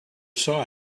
saw